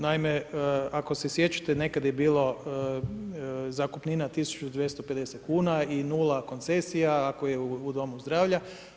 Naime, ako se sjećate, nekad je bilo zakupnina 1250 kuna i 0 koncesija, ako je u domu zdravlju.